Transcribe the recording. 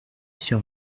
sur